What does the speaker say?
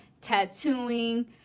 tattooing